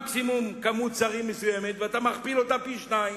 מקסימום מספר שרים מסוים ואתה מכפיל אותו פי-שניים,